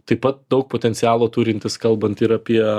taip pat daug potencialo turintis kalbant ir apie